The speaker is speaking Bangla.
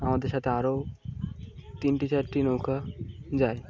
আমাদের সাথে আরও তিনটি চারটি নৌকা যায়